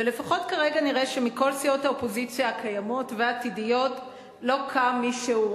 ולפחות כרגע נראה שמכל סיעות האופוזיציה הקיימות והעתידיות לא קם מישהו,